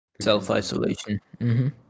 self-isolation